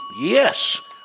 Yes